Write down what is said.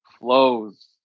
Flows